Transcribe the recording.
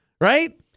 Right